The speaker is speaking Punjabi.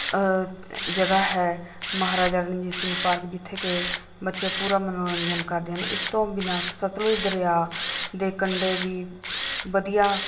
ਜਗ੍ਹਾ ਹੈ ਮਹਾਰਾਜਾ ਰਣਜੀਤ ਸਿੰਘ ਪਾਰਕ ਜਿੱਥੇ ਕਿ ਬੱਚੇ ਪੂਰਾ ਮਨੋਰੰਜਨ ਕਰਦੇ ਹਨ ਇਸ ਤੋਂ ਬਿਨਾਂ ਸਤਲੁਜ ਦਰਿਆ ਦੇ ਕੰਢੇ ਵੀ ਵਧੀਆ